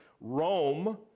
Rome